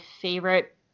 favorite